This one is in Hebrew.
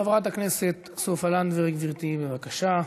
חברת הכנסת סופה לנדבר, גברתי, בבקשה.